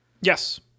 Yes